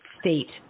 state